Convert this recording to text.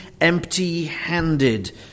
empty-handed